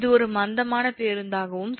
இது ஒரு மந்தமான பேருந்தாகவும் செயல்படும்